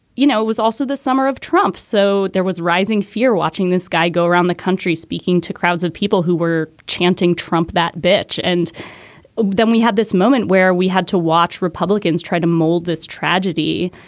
you know, it was also the summer of trump. so there was rising fear watching this guy go around the country, speaking to crowds of people who were chanting, trump that bitch. and then we had this moment where we had to watch republicans try to mold this tragedy.